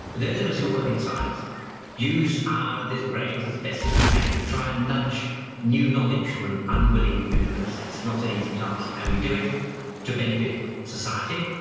those of us who work in science use our little brains as best as we can to try and nudge new knowledge from an unwilling universe. it's not an easy task. and we do it to benefit society.